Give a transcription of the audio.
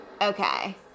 Okay